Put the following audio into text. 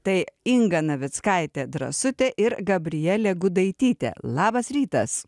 tai inga navickaitė drąsutė ir gabrielė gudaitytė labas rytas